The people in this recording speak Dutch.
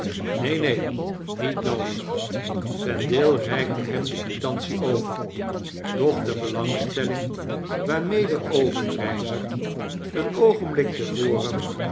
neen neen niet noodig vendale reikte hem de quitantie over doch de belangstelling waarmede obenreizer een oogenbiik